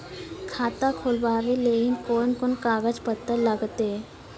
खाता खोलबाबय लेली कोंन कोंन कागज पत्तर लगतै?